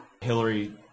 Hillary